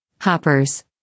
hoppers